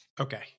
Okay